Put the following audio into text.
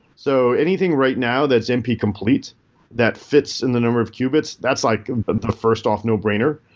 so anything right now that's np-complete that fits in the number of qubits, that's like and the first-off no-brainer.